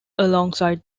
alongside